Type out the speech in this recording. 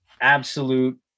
absolute